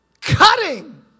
Cutting